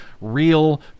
real